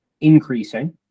increasing